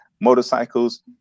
motorcycles